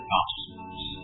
Gospels